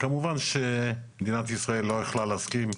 וכמובן שמדינת ישראל לא יכלה לשים.